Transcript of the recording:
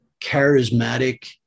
charismatic